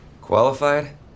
Qualified